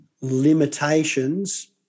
limitations